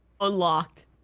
unlocked